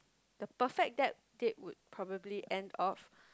the perfect that date would probably end off